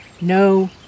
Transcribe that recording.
no